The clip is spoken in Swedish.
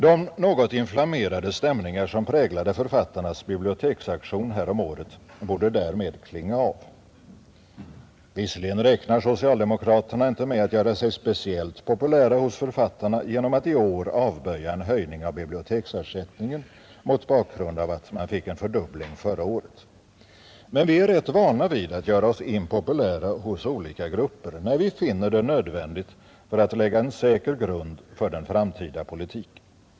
De något inflammerade stämningar som präglade författarnas biblioteksaktion häromåret borde därmed klinga av. Visserligen räknar socialdemokraterna inte med att göra sig speciellt populära hos författarna genom att i år avböja en höjning av biblioteksersättningen — mot bakgrund av att de fick en fördubbling förra året. Men vi är rätt vana vid att göra oss impopulära hos olika grupper, när vi finner det nödvändigt för att lägga en säker grund för den framtida politiken.